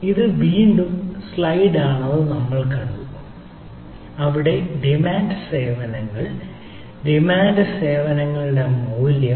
ഇത് വീണ്ടും ഒരു സ്ലൈഡ് ആണെന്ന് നമ്മൾ കണ്ടു അവിടെ ഡിമാൻഡ് സേവനങ്ങൾ ഡിമാൻഡ് സേവനങ്ങളുടെ മൂല്യം